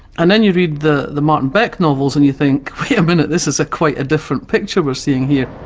and then you read the the martin beck novels, and you think, wait a minute, this is ah quite a different picture we're seeing here.